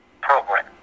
program